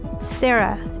Sarah